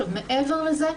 מעבר לזה,